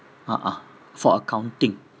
uh uh for accounting